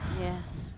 Yes